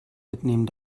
mitnehmen